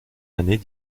années